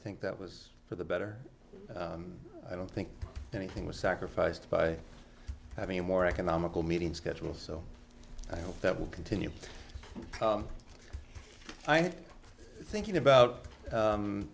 think that was for the better i don't think anything was sacrificed by having a more economical meeting schedule so i hope that will continue i have thinking about